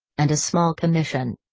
and a small commission.